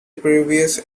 previous